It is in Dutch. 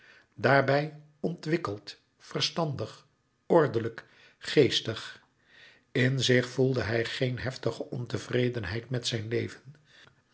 daarbij ontwikkeld verstandig ordelijk geestig in zich gevoelde hij geen heftige ontevredenheid met zijn leven